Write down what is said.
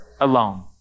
alone